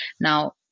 Now